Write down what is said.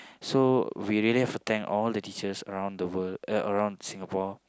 so we really have to thank all the teachers around the world uh around Singapore